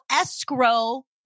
escrow